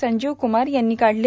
संजीव कुमार यांनी आज काढले